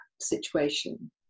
situation